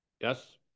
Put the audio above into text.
Yes